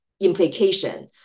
implication